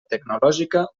tecnològica